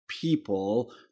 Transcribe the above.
people